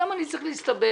- למה אני צריך להסתבך?